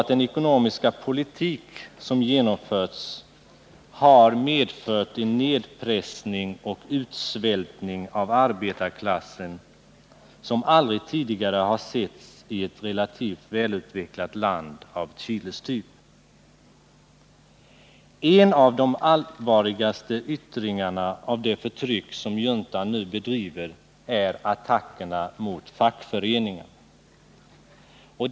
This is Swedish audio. Den ekonomiska politik som har genomförts har också medfört en nedpressning och utsvältning av arbetar Nr 33 klassen som aldrig tidigare har setts i ett relativt välutvecklat land av Chiles Onsdagen den typ. I | 21 november 1979 En av de allvarligaste yttringarna av det förtryck som juntan nu bedriver är attackerna mot fackföreningarna.